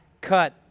cut